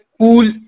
cool